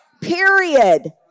Period